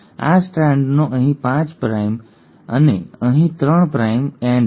આ સ્ટ્રાન્ડનો અહીં ૫ પ્રાઇમ એન્ડ છે અને અહીં ૩ પ્રાઇમ એન્ડ છે